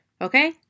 Okay